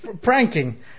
pranking